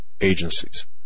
agencies